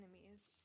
enemies